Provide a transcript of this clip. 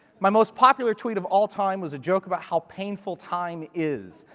my most popular tweet of all time was a joke about how painful time is.